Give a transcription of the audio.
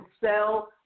sell